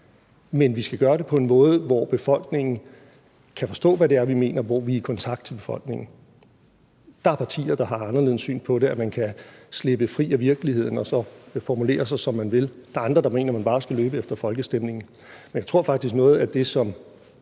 Men vi skal gøre det på en måde, hvor befolkningen kan forstå, hvad det er, vi mener, og hvor vi er i kontakt med befolkningen. Der er partier, der har et anderledes syn på det, og mener, at man kan slippe fri af virkeligheden og formulere sig, som man vil. Der er andre, der mener, at man bare skal løbe efter folkestemningen. Men jeg tror faktisk, at noget af det, som